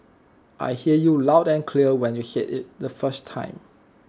I hear you loud and clear when you said IT the first time